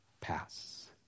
pass